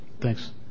Thanks